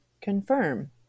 confirm